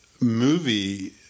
movie